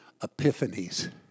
epiphanies